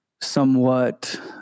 Somewhat